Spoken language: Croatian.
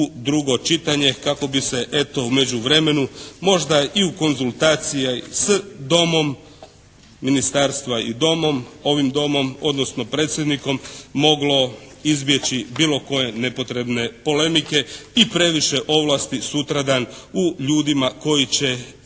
u drugo čitanje kako bi se eto u međuvremenu možda i u konzultaciji s domom, ministarstva i domom, ovim domom odnosno predsjednikom moglo izbjeći bilo koje nepotrebne polemike i previše ovlasti sutra dan u ljudima koji će